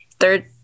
third